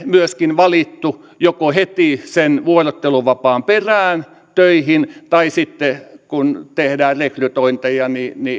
myöskin valittu heti sen vuorotteluvapaan perään töihin tai sitten kun tehdään rekrytointeja